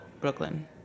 Brooklyn